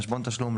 "חשבון תשלום",